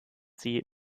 sie